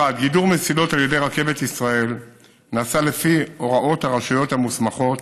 1. גידור מסילות על ידי רכבת ישראל נעשה לפי הוראות הרשויות המוסמכות